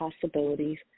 possibilities